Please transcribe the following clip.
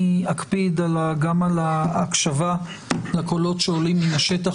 אני אקפיד גם על הקשבה לקולות שעולים מן השטח.